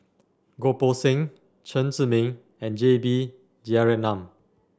Goh Poh Seng Chen Zhiming and J B Jeyaretnam